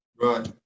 Right